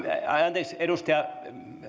anteeksi edustaja